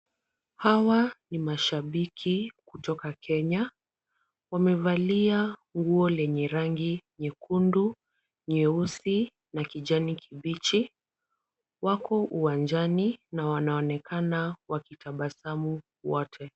Hawa ni mashabiki kutoka Kenya, wamevalia nguo lenye rangi nyekundu, nyeusi na kijani kibichi. Wako uwanjani na wanaonekana wakitabasamu wote.